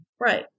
Right